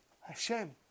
Hashem